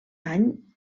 any